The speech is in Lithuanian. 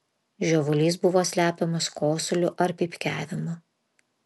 žiovulys buvo slepiamas kosuliu ar pypkiavimu